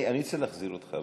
אני רוצה להחזיר אותך,